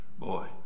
boy